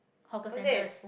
hawker centres